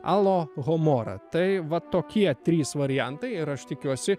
alohomora tai va tokie trys variantai ir aš tikiuosi